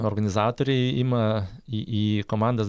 organizatoriai ima į į komandas